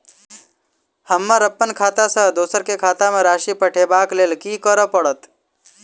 हमरा अप्पन खाता सँ दोसर केँ खाता मे राशि पठेवाक लेल की करऽ पड़त?